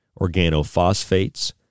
organophosphates